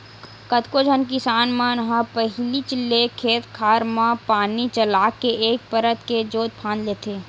कतको झन किसान मन ह पहिलीच ले खेत खार मन म पानी चलाके एक परत के जोंत फांद लेथे